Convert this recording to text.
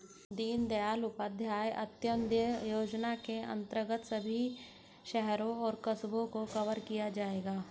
दीनदयाल उपाध्याय अंत्योदय योजना के अंतर्गत सभी शहरों और कस्बों को कवर किया जाएगा